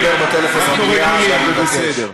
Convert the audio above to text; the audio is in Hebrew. אסור לדבר בטלפון במליאה, אני מבקש.